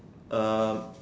um